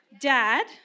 Dad